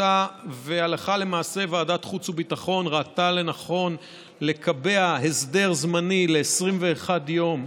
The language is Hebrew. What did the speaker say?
והלכה למעשה ועדת החוץ והביטחון ראתה לנכון לקבע הסדר זמני ל-21 יום,